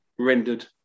Rendered